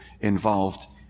involved